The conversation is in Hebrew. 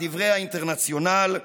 כדברי האינטרנציונל,